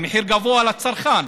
המחיר גבוה לצרכן,